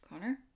Connor